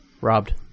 Robbed